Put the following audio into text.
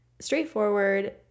straightforward